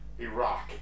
Iraq